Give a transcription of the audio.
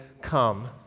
come